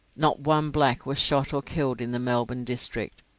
not one black was shot or killed in the melbourne district,